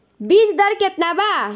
बीज दर केतना बा?